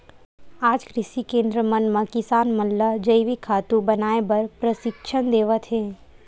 आज कृषि केंद्र मन म किसान मन ल जइविक खातू बनाए बर परसिक्छन देवत हे